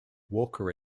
walker